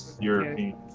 European